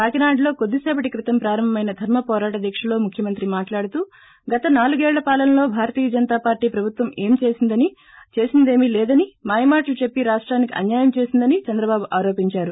కాకినాడ లో కొద్ది సేపటి క్రితం ప్రారంభం అయిన దర్శ పోరాట దీక్షలో ముఖ్యమంత్రి మాట్లాడుతూ గత నాలుగేళ్ళ పాలనలో భారతీయ జనతా పార్టీ ప్రబుత్వం చేసింది ఏమి లేదని మాయమాటలు చెప్పి రాష్టానికి అన్నాయం చేసిందని చంద్రబాబు ఆరోపించారు